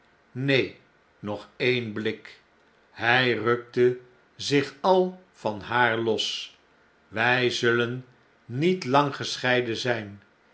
neen nog ee'n blik hij rukte zich a'l van haar los wij zullen niet lang gescheiden zijn